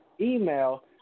email